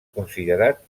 considerat